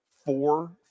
four